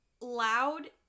loud